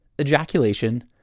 ejaculation